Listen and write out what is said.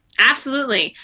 absolutely.